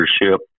leadership